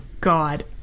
God